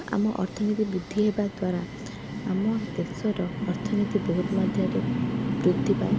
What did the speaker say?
ଆମ ଅର୍ଥନୀତି ବୃଦ୍ଧି ହେବା ଦ୍ୱାରା ଆମ ଦେଶର ଅର୍ଥନୀତି ବହୁତ ମାଧ୍ୟରେ ବୃଦ୍ଧି ପାଏ